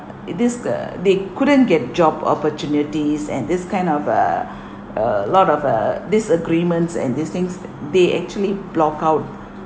it is ugh they couldn't get job opportunities and this kind of uh a lot of uh disagreements and these things they actually block out